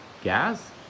gas